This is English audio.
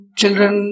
children